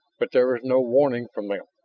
but there was no warning from them.